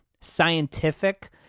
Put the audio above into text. scientific